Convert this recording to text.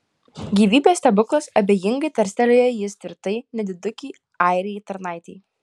gyvybės stebuklas abejingai tarstelėjo jis tvirtai nedidukei airei tarnaitei